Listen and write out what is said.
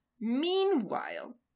Meanwhile